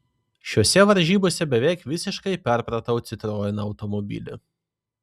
šiose varžybose beveik visiškai perpratau citroen automobilį